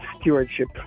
stewardship